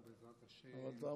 אבל תעמוד.